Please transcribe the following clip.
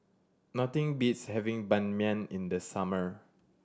nothing beats having Ban Mian in the summer